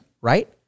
Right